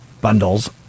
bundles